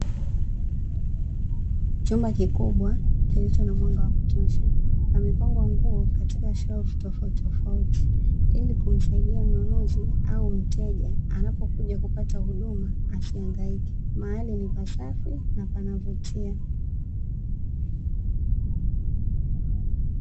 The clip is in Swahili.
Chumba kikubwa kilicho na mwanga wa kutosha, pamepangwa nguo katika shelfu tofautitofauti. Ili kumsaidia mnunuzi au mteja anapokuja kupata huduma asihangaike. Mahali ni pasafi, na panavutia.